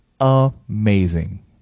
amazing